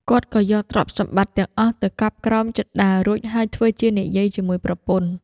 គាត់ក៏យកទ្រព្យសម្បត្តិទាំងអស់ទៅកប់ក្រោមជណ្ដើររួចហើយធ្វើជានិយាយជាមួយប្រពន្ធ។